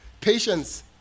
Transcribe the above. patience